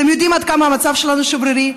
אתם יודעים עד כמה המצב שלנו שברירי,